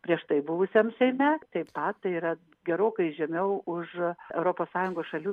prieš tai buvusiam seime taip pat tai yra gerokai žemiau už europos sąjungos šalių